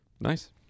Nice